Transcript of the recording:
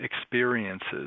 experiences